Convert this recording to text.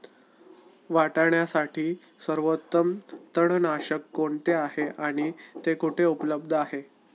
वाटाण्यासाठी सर्वोत्तम तणनाशक कोणते आहे आणि ते कुठे उपलब्ध आहे?